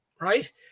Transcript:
right